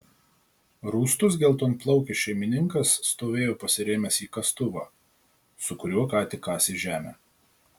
rūstus geltonplaukis šeimininkas stovėjo pasirėmęs į kastuvą su kuriuo ką tik kasė žemę